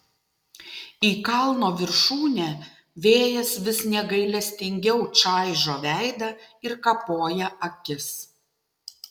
į kalno viršūnę vėjas vis negailestingiau čaižo veidą ir kapoja akis